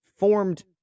formed